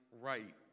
right